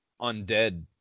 undead